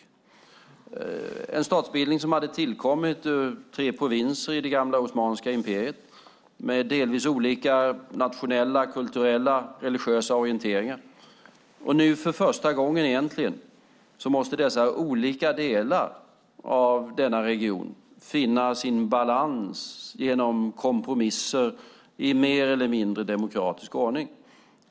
Det var en statsbildning som hade tillkommit av tre provinser i det gamla osmanska imperiet med delvis olika nationella, kulturella och religiösa orienteringar. Nu måste dessa olika delar av denna region egentligen för första gången finna sin balans genom kompromisser i mer eller mindre demokratisk ordning.